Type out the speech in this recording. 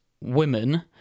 women